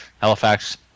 Halifax